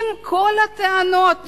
אם כל הטענות